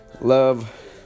love